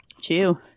Chew